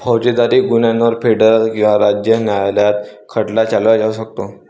फौजदारी गुन्ह्यांवर फेडरल किंवा राज्य न्यायालयात खटला चालवला जाऊ शकतो